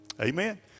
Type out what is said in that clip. Amen